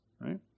right